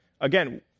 Again